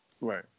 Right